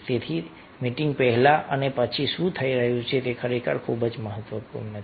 તેથી મીટિંગ પહેલાં અને પછી શું થઈ રહ્યું છે તે ખરેખર ખૂબ જ મહત્વપૂર્ણ છે